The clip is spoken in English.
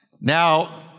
Now